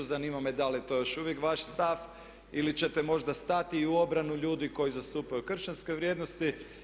Zanima me da li je to još uvijek vaš stav ili čete možda stati i u obranu ljudi koji zastupaju kršćanske vrijednosti?